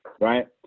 Right